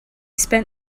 spent